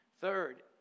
Third